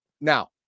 Now